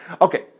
Okay